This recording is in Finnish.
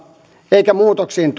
eikä muutoksiin